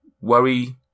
worry